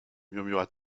murmura